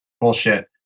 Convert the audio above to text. bullshit